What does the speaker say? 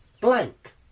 Blank